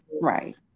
right